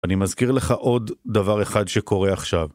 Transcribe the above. אני מזכיר לך עוד דבר אחד שקורה עכשיו.